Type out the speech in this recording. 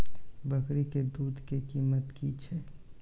बकरी के दूध के कीमत की छै?